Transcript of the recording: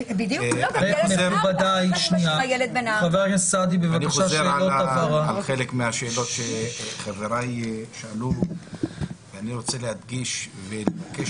אני חוזר על חלק מהשאלות ששאלו חבריי ואני רוצה להדגיש ולבקש